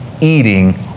eating